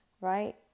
right